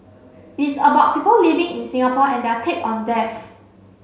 it is about people living in Singapore and their take on death